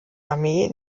armee